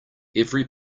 every